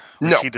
No